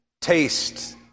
taste